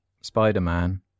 Spider-Man